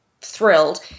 thrilled